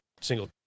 single